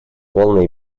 полный